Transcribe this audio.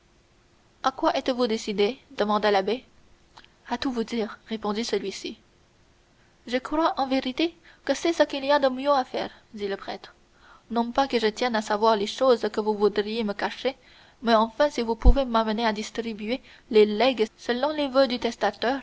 à quoi êtes-vous décidé demanda l'abbé à tout vous dire répondit celui-ci je crois en vérité que c'est ce qu'il y a de mieux à faire dit le prêtre non pas que je tienne à savoir les choses que vous voudriez me cacher mais enfin vous pouvez m'amener à distribuer les legs selon les voeux du